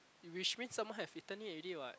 which means someone have eaten it already what